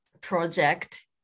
project